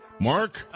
Mark